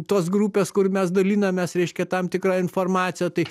tos grupės kur mes dalinamės reiškia tam tikra informacija tai